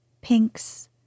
pinks